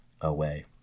away